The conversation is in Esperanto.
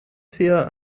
sia